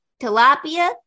tilapia